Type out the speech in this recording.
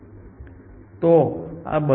અને તે A અલ્ગોરિધમની વર્તણૂકનું વર્ણન કરે છે